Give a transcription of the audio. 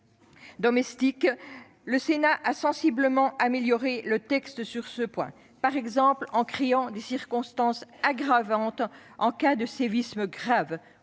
domestiques. Le Sénat a sensiblement amélioré le texte sur ce point, par exemple en créant des circonstances aggravantes en cas de sévices graves